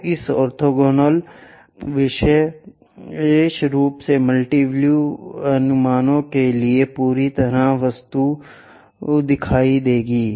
तो इस ऑर्थोगोनल विशेष रूप से मल्टी व्यू अनुमानों के लिए पूरी वस्तु दिखाई देगी